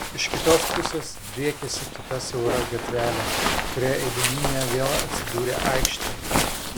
iš kitos pusės driekėsi kita siaura gatvelė kuria eidami jie vėl atsidūrė aikštėje